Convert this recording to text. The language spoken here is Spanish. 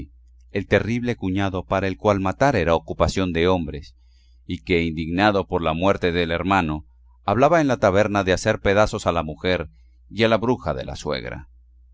el terrible cuñado para el cual matar era ocupación de hombres y que indignado por la muerte del hermano hablaba en la taberna de hacer pedazos a la mujer y a la bruja de la suegra